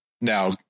Now